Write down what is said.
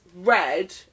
Red